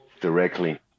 Directly